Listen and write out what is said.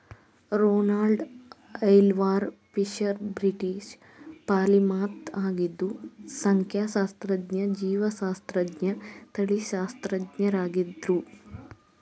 Ronald Aylmer Fisher British polymath ಆಗಿದ್ದು ಸಂಖ್ಯಾಶಾಸ್ತ್ರಜ್ಞ ಜೀವಶಾಸ್ತ್ರಜ್ಞ ತಳಿಶಾಸ್ತ್ರಜ್ಞರಾಗಿದ್ರು